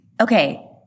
Okay